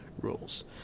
rules